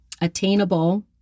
attainable